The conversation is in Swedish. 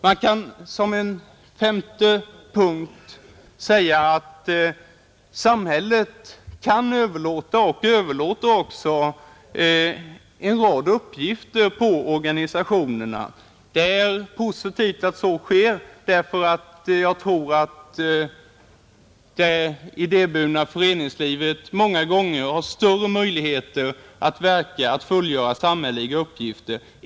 I en femte punkt kan man säga att samhället kan överlåta — vilket samhället också gör — en rad uppgifter på organisationerna. Det är positivt att så sker. Jag tror nämligen att det ideburna föreningslivet många gånger har större möjligheter att fullgöra samhälleliga uppgifter.